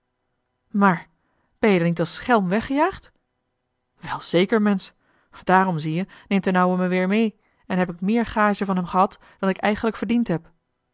maar ben-je dan niet als schelm weggejaagd wel zeker mensch daarom zie-je neemt d'n ouwe me weer mee en heb ik meer gage van hem gehad dan ik eigenlijk verdiend heb